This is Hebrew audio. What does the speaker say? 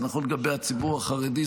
זה נכון לגבי הציבור החרדי,